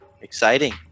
exciting